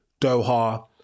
Doha